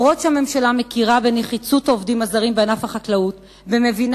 אף שהממשלה מכירה בנחיצות העובדים הזרים בענף החקלאות ומבינה